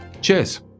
cheers